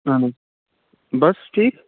اَہَن حظ بَس ٹھیٖک